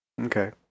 Okay